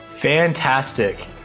Fantastic